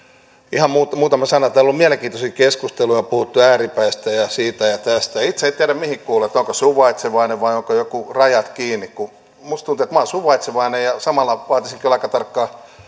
ihan muutama sana täällä on ollut mielenkiintoisia keskusteluja on puhuttu ääripäistä ja siitä ja tästä itse en tiedä mihin kuulun olenko suvaitsevainen vai olenko rajat kiinni minusta tuntuu että minä olen suvaitsevainen ja samalla vaatisin kyllä aika tarkkaa